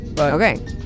Okay